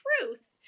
truth